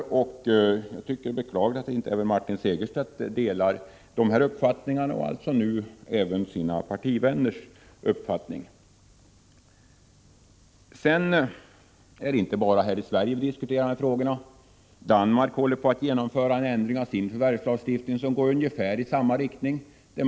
Jag tycker att det är beklagligt att inte även Martin Segerstedt delar de uppfattningar som nu även är hans partivänners. Det är inte bara här i Sverige vi diskuterar dessa frågor. I Danmark håller man på att genomföra en ändring av sin förvärvslagstiftning i ungefär samma riktning.